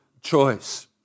choice